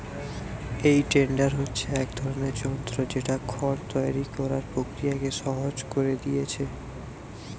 এই টেডার হচ্ছে এক ধরনের যন্ত্র যেটা খড় তৈরি কোরার প্রক্রিয়াকে সহজ কোরে দিয়েছে